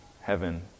heaven